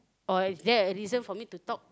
or is there a reason for me to talk